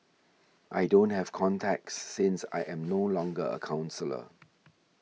I don't have contacts since I am no longer a counsellor